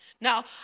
Now